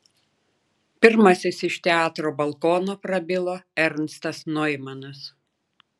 pirmasis iš teatro balkono prabilo ernstas noimanas